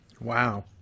Wow